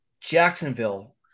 Jacksonville